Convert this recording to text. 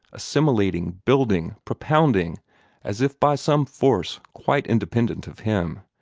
assimilating, building, propounding as if by some force quite independent of him.